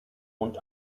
und